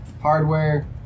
Hardware